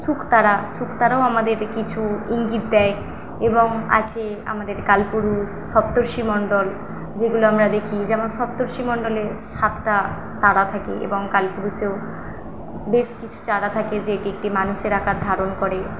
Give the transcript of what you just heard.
শুকতারা শুকতারাও আমাদের কিছু ইঙ্গিত দেয় এবং আছে আমাদের কালপুরুষ সপ্তর্ষিমণ্ডল যেগুলো আমরা দেখি যেমন সপ্তর্ষিমণ্ডলে সাতটা তারা থাকে এবং কালপুরুষেও বেশ কিছু চারা থাকে যেটি একটি মানুষের আকার ধারণ করে